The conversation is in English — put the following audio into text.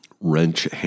wrench